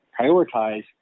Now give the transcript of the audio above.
prioritize